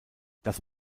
das